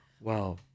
Wow